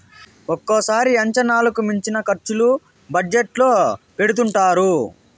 ఒక్కోసారి అంచనాలకు మించిన ఖర్చులు బడ్జెట్ లో పెడుతుంటారు